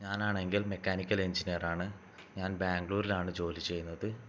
ഞാനാണെങ്കിൽ mechanical engineer ആണ് ഞാൻ ബാംഗ്ലൂരിലാണ് ജോലി ചെയ്യുന്നത്